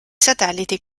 satelliti